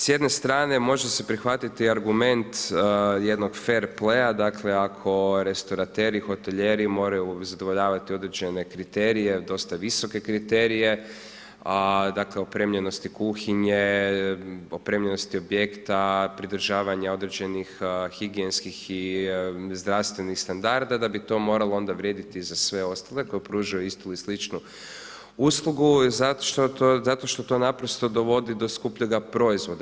S jedne strane može se prihvatiti argument jednog fer play-a dakle ako restorateri, hotelijeri moraju zadovoljavati određene kriterije, dosta visoke kriterije a dakle opremljenost kuhinje, opremljenosti objekta, pridržavanja određenih higijenskih i zdravstvenih standarda da bi to moralo onda vrijediti i za sve ostale koji pružaju istu ili sličnu uslugu zato što to naprosto dovodi do skupljanja proizvoda.